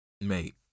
Mate